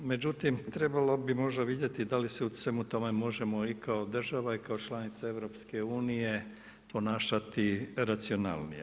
Međutim, trebalo bi možda vidjeti da li se u svemu tome možemo i kao država i kao članica EU-a ponašati racionalnije.